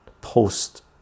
post